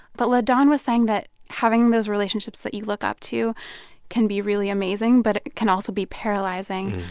but ladawn was saying that having those relationships that you look up to can be really amazing, but it can also be paralyzing.